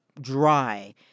dry